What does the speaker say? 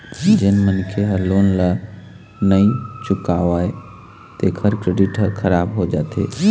जेन मनखे ह लोन ल नइ चुकावय तेखर क्रेडिट ह खराब हो जाथे